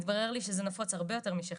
התברר לי שזה נפוץ הרבה יותר משחשבתי,